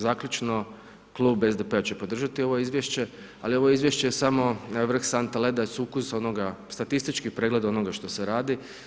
Zaključno, klub SDP-a će podržati ovo izvješće ali ovo je izvješće samo vrh sante leda, sukus onoga, statistički pregled onoga što se radi.